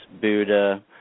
Buddha